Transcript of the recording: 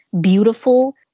beautiful